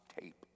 tape